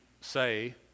say